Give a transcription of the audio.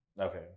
okay